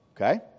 Okay